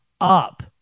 up